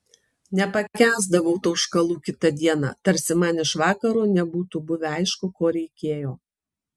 nepakęsdavau tauškalų kitą dieną tarsi man iš vakaro nebūtų buvę aišku ko reikėjo